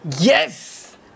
yes